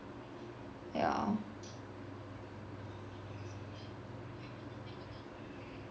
yeah